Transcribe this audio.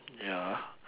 ya ah